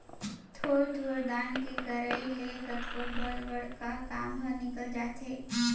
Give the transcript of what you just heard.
थोर थोर दान के करई ले कतको बर बड़का काम ह निकल जाथे